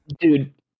dude